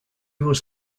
was